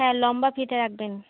হ্যাঁ লম্বা ফিতে রাখবেন